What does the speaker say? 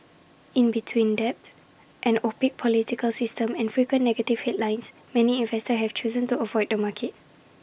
in between debt an opaque political system and frequent negative headlines many investors have chosen to avoid the market